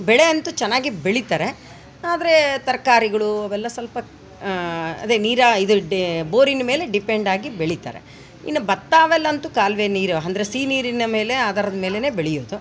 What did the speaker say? ಬೆಳೆ ಅಂತೂ ಚೆನ್ನಾಗಿ ಬೆಳಿತಾರೆ ಆದ್ರೆ ತರಕಾರಿಗಳು ಅವೆಲ್ಲ ಸ್ವಲ್ಪ ಅದೇ ನೀರಾ ಇದು ಡೇ ಬೋರಿನ ಮೇಲೆ ಡಿಪೆಂಡಾಗಿ ಬೆಳಿತಾರೆ ಇನ್ನು ಭತ್ತ ಅವೆಲ್ಲ ಅಂತೂ ಕಾಲುವೆ ನೀರು ಅಂದ್ರೆ ಸಿಹಿ ನೀರಿನ ಮೇಲೆ ಆಧಾರದ ಮೇಲೆಯೇ ಬೆಳಿಯಿತು